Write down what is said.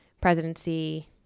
presidency